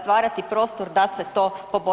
stvarati prostor da se to poboljša.